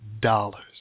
dollars